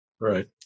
Right